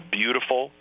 beautiful